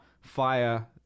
FIRE